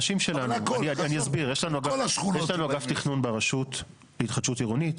יש לנו אגף תכנון ברשות להתחדשות עירונית.